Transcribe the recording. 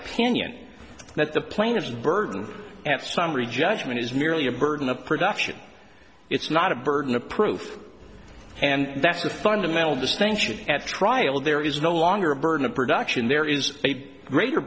opinion that the plaintiff burden at summary judgment is merely a burden of production it's not a burden of proof and that's the fundamental distinction at trial there is no longer a burden of production there is a greater